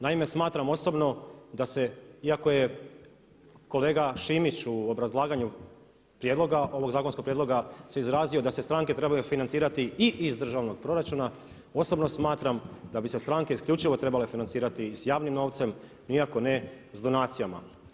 Naime, smatram osobno da se iako je kolega Šimić u obrazlaganju prijedloga, ovog zakonskog prijedloga se izrazio da se stranke trebaju financirati i iz državnog proračuna osobno smatram da bi se stranke isključivo trebale financirati s javnim novcem, nikako ne s donacijama.